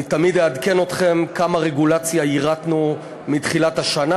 אני תמיד אעדכן אתכם כמה רגולציה יירטנו מתחילת השנה.